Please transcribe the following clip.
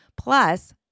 plus